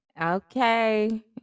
Okay